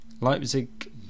Leipzig